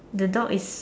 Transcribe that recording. the dog is